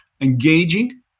engaging